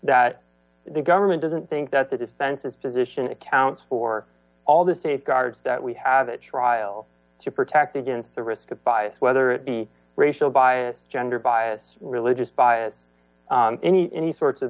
that the government doesn't think that the defense's position accounts for all the safeguards that we have a trial to protect against the risk of bias whether it be racial bias gender bias religious bias any any sorts of